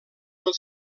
pel